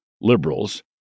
liberals